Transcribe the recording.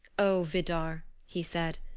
o vidar, he said,